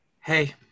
Hey